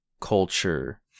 culture